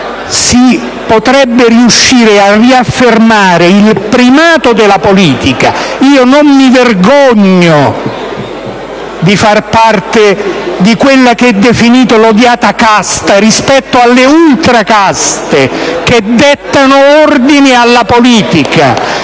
si potrebbe riuscire a riaffermare il primato della politica. Io non mi vergogno di fare parte di quella che è definita l'odiata casta, rispetto alle ultra-caste che dettano ordini alla politica!